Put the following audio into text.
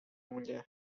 mnie